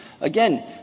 Again